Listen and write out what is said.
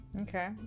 Okay